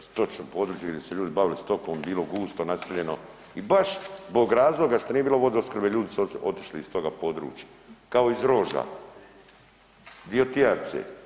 stočno područje gdje su se ljudi bavili stokom bilo gusto naseljeno i baš zbog razloga što nije bilo vodoopskrbe ljudi su otišli iz toga područja, kao iz Roža, dio Tijarice.